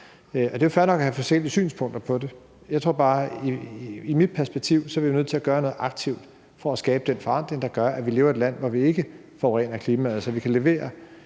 Det er fair nok at have forskellige synspunkter på det. Jeg tror bare, at i mit perspektiv er vi nødt til at gøre noget aktivt for at skabe den forandring, der gør, at vi lever i et land, hvor vi ikke forurener klimaet, så vi kan levere